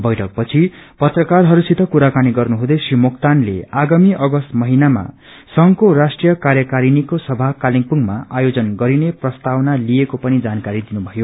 बैठक पछि पत्रकारहस्थित कुराकानी गर्नुहुँदै श्री मोक्तानले आगामी अगस्त महिनामा संघको राष्ट्रीय कार्यकारिणीको सभा कालेवुङमा आयोजन गरिने प्रस्तावना लिएको पनि जानकारी दिनुभयो